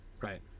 Right